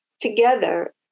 together